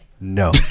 No